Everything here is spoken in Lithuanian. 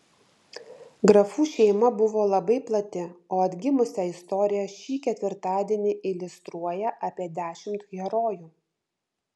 grafų šeima buvo labai plati o atgimusią istoriją šį ketvirtadienį iliustruoja apie dešimt herojų